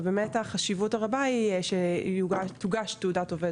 באמת החשיבות הרבה היא שתוגש תעודת עובד